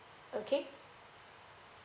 okay